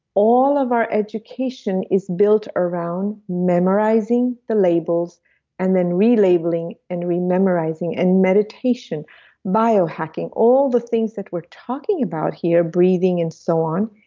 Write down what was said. all of our education is built around memorizing the labels and then re-labeling and re-memorizing and meditation biohacking, all the things that we're talking about here, breathing and so on,